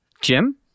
Jim